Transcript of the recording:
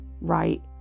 right